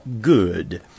good